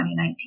2019